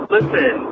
Listen